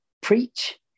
preach